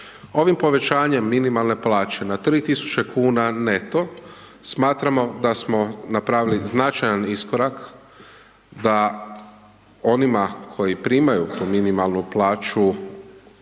Ovim povećanjem minimalne plaće na 3000 kuna neto, smatramo da smo napravili značajan iskorak da onima koji primaju tu minimalnu plaću